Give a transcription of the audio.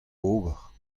ober